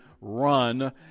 run